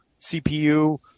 CPU